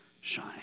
shine